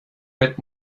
mit